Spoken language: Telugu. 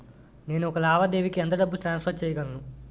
నేను ఒక లావాదేవీకి ఎంత డబ్బు ట్రాన్సఫర్ చేయగలను?